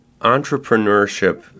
entrepreneurship